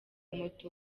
moto